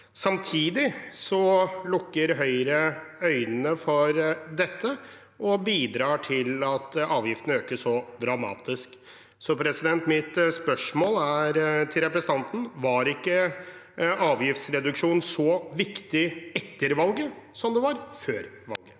Samtidig lukker Høyre øynene for dette og bidrar til at avgiftene øker så dramatisk. Så mitt spørsmål til representanten er: Var ikke avgiftsreduksjoner så viktig etter valget som det var før valget?